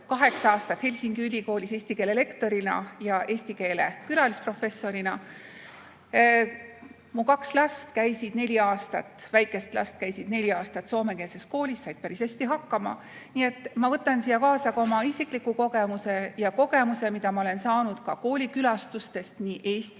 Helsingi ülikoolis eesti keele lektorina ja eesti keele külalisprofessorina. Mu kaks väikest last käisid neli aastat soomekeelses koolis, said päris hästi hakkama. Nii et ma võtan siia kaasa ka oma isikliku kogemuse ja kogemuse, mida ma olen saanud koolikülastustest Eestis,